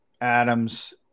Adam's